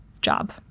job